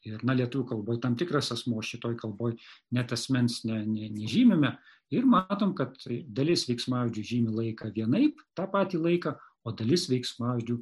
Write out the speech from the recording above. ir na lietuvių kalboj tam tikras asmuo šitoj kalboj net asmens na ne nežymime ir matom kad dalis veiksmažodžių žymi laiką vienaip tą patį laiką o dalis veiksmažodžių